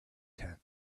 tent